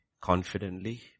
confidently